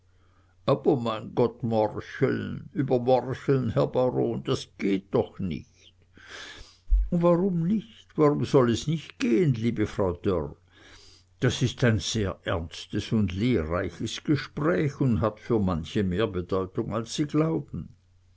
aber mein gott morcheln über morcheln herr baron das geht doch nicht o warum nicht warum soll es nicht gehen liebe frau dörr das ist ein sehr ernstes und lehrreiches gespräch und hat für manche mehr bedeutung als sie glauben